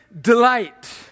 delight